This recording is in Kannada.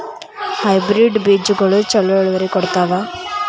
ಹೈಬ್ರಿಡ್ ಬೇಜಗೊಳು ಛಲೋ ಇಳುವರಿ ಕೊಡ್ತಾವ?